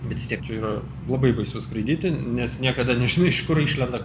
bet vis tiek čia yra labai baisu skraidyti nes niekada nežinai iš kur išlenda